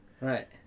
right